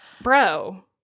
bro